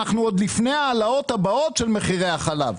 אנחנו עוד לפני ההעלאות הבאות של מחירי החלב.